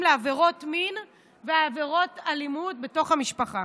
לעבירות מין ועבירות אלימות בתוך המשפחה,